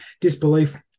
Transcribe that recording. disbelief